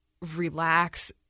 relax